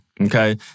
okay